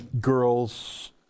girls